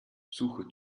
suche